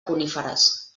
coníferes